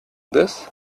this